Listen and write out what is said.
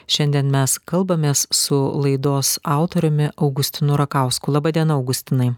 šiandien mes kalbamės su laidos autoriumi augustinu rakausku laba diena augustinai